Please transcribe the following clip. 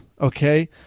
Okay